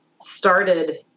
started